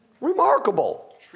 Remarkable